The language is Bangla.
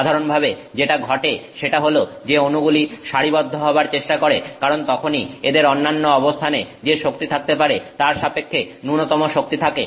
সাধারণভাবে যেটা ঘটে সেটা হল যে অনুগলি সারিবদ্ধ হবার চেষ্টা করে কারণ তখনই এদের অন্যান্য অবস্থানে যে শক্তি থাকতে পারে তার সাপেক্ষে ন্যূনতম শক্তি থাকে